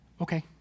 Okay